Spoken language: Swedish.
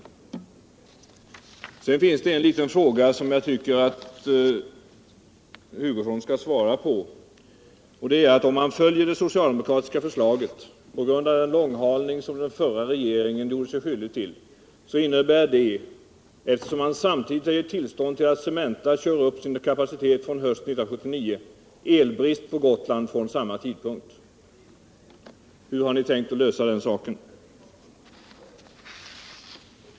ter Det finns en liten fråga som jag tycker att Hugo Bengtsson skall svara — Vissa anslag inom på. Om man följer det socialdemokratiska förslaget — på grund av den = industridepartelånghalning som den förra regeringen gjorde sig skyldig till — innebär = mentets verksamdet, eftersom man samtidigt har gett tillstånd till att Cementa kör upp = hetsområde sin kapacitet hösten 1979, elbrist på Gotland från samma tidpunkt. Hur har ni tänkt lösa den frågan?